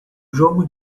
jogo